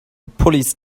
police